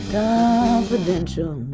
confidential